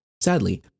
Sadly